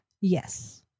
Yes